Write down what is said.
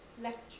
lecture